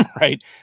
right